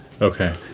Okay